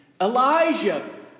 Elijah